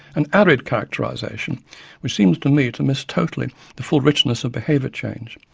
an arid characterisation which seemed to me to miss totally the full richness of behaviour change.